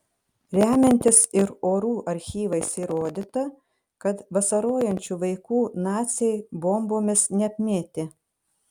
remiantis ir orų archyvais įrodyta kad vasarojančių vaikų naciai bombomis neapmėtė